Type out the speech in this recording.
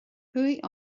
chuaigh